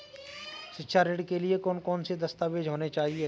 शिक्षा ऋण के लिए कौन कौन से दस्तावेज होने चाहिए?